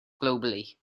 globally